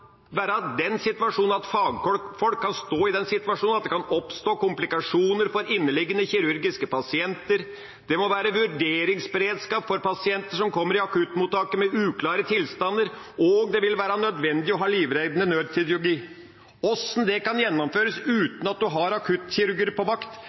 være vurderingsberedskap for pasienter som kommer i akuttmottaket med uklare tilstander, og det vil være nødvendig å ha livreddende nødkirurgi. Hvordan det kan gjennomføres